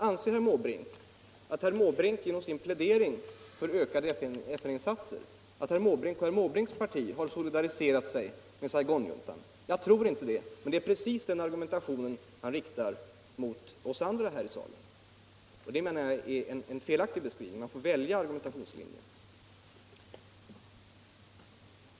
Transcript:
Anser herr Måbrink att han själv och hans parti genom herr Måbrinks plädering för ökade FN-insatser har solidariserat sig med Saigonjuntan? Jag tror inte det. Men det är precis den argumentationen han riktar mot oss andra här i kammaren, i fråga om Chile. Man måste välja en konsekvent argumentationslinje.